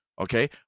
okay